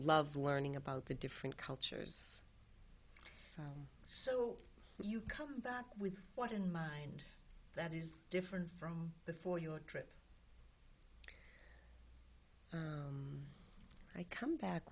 love learning about the different cultures so so you come back with what in mind that is different from the for your trip i come back